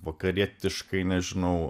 vakarietiškai nežinau